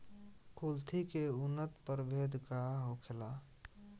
कुलथी के उन्नत प्रभेद का होखेला?